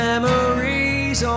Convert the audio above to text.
Memories